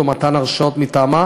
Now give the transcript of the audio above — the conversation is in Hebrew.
או מתן הרשאות מטעמה